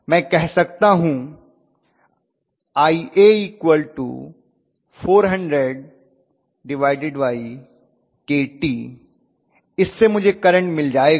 मैं कह सकता हूँ Ia400kt इससे मुझे करंट मिल जायेगा